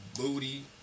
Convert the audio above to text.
booty